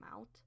out